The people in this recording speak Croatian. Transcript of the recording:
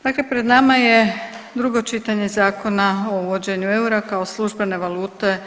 Dakle pred nama je drugo čitanje Zakona o uvođenju eura kao službene valute